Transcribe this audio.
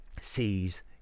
sees